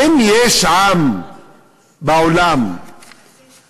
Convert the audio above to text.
האם יש עם בעולם המודרני,